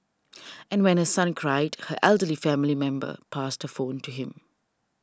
and when her son cried her elderly family member passed phone to him